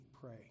pray